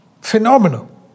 phenomenal